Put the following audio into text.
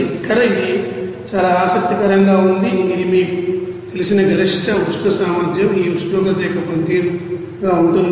ఇక్కడ ఇది చాలా ఆసక్తికరంగా ఉంది ఇది మీకు తెలిసిన నిర్దిష్ట ఉష్ణ సామర్థ్యం ఈ ఉష్ణోగ్రత యొక్క పనితీరుగా ఉంటుంది